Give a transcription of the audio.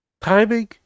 Timing